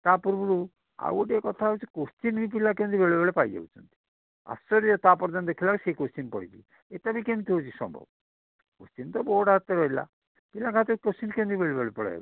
ତା'ପୂର୍ବରୁ ଆଉ ଗୋଟିଏ କଥା ହେଉଛି କୋଶ୍ଚିନ୍ ପିଲା କେମିତି ବେଳେ ବେଳେ ପାଇଯାଉଛନ୍ତି ଆଶ୍ଚର୍ଯ୍ୟ ତା'ପରଦିନ ଦେଖିଲା ବେଳକୁ ସେ କୋଶ୍ଚିନ୍ ପଡ଼ିଛି ଏଟା ବି କେମିତି ହେଉଛି ସମ୍ଭବ କୋଶ୍ଚିନ୍ ତ ବୋର୍ଡ଼ ହାତରେ ରହିଲା ପିଲାଙ୍କ ହାତକୁ କୋଶ୍ଚିନ୍ କେମିତି ବେଳା ବେଳି ପଳାଇ ଆସୁଛି